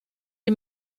die